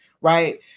right